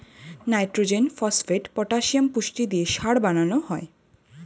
nitrogen, phosphate, potassium পুষ্টি দিয়ে সার বানানো হয়